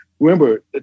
Remember